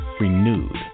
renewed